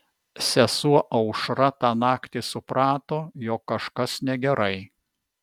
sesuo aušra tą naktį suprato jog kažkas negerai